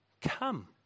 come